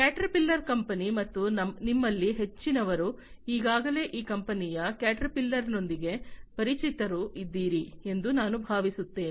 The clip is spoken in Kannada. ಕ್ಯಾಟರ್ಪಿಲ್ಲರ್ ಕಂಪನಿ ಮತ್ತು ನಿಮ್ಮಲ್ಲಿ ಹೆಚ್ಚಿನವರು ಈಗಾಗಲೇ ಈ ಕಂಪನಿಯ ಕ್ಯಾಟರ್ಪಿಲ್ಲರ್ನೊಂದಿಗೆ ಪರಿಚಿತರು ಇದ್ದೀರಿ ಎಂದು ನಾನು ಭಾವಿಸುತ್ತೇನೆ